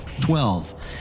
twelve